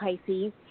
Pisces